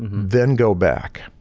then go back.